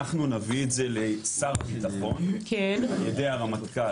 אנחנו נביא את זה לשר הביטחון על ידי הרמטכ"ל,